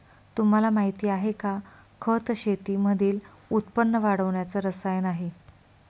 तुम्हाला माहिती आहे का? खत शेतीमधील उत्पन्न वाढवण्याच रसायन आहे